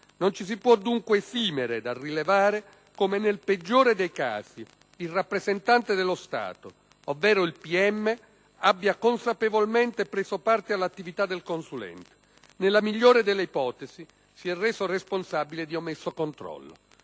Non ci si può, dunque, esimere dal rilevare come nel peggiore dei casi il rappresentante dello Stato, ovvero il pubblico ministero, abbia consapevolmente preso parte all'attività del consulente; nella migliore delle ipotesi, si è reso responsabile di omesso controllo.